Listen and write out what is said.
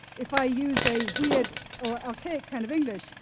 if i use a weird or archaic kind of english,